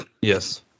Yes